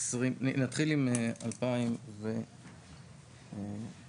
נפתחו כ-70 תיקי בירור.